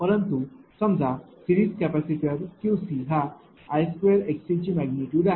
परंतु समजा series capacitor Qcहा I2xc ची मैग्निटूडआहे